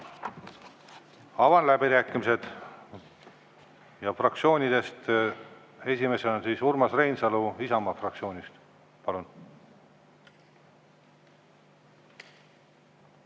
Avan läbirääkimised. Fraktsioonidest esimesena Urmas Reinsalu Isamaa fraktsioonist. Palun!